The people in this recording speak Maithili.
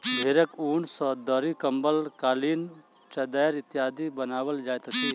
भेंड़क ऊन सॅ दरी, कम्बल, कालीन, चद्दैर इत्यादि बनाओल जाइत अछि